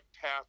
path